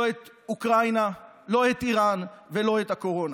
לא של אוקראינה, לא של איראן ולא של הקורונה.